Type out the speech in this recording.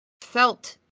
felt